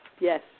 Yes